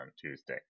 Tuesday